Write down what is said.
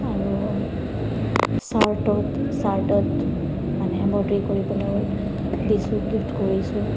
আৰু চাৰ্টত চাৰ্টত মানে এমব্ৰইডৰী কৰি পেলাইও দিছোঁ গিফ্ট কৰিছোঁ